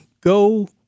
go